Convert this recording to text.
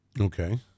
Okay